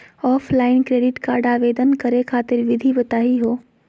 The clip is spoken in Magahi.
ऑफलाइन क्रेडिट कार्ड आवेदन करे खातिर विधि बताही हो?